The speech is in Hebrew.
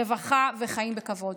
רווחה וחיים בכבוד.